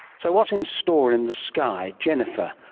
so what's in store in the sky? jennifer,